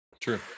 true